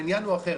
העניין הוא אחר,